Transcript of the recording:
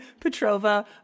Petrova